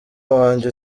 wanjye